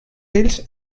ells